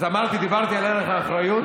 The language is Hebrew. אז אמרתי, דיברתי על ערך האחריות.